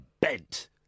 bent